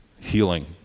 healing